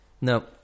No